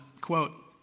Quote